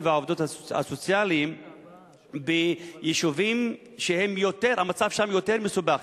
והעובדות הסוציאליים ביישובים שהמצב שם יותר מסובך,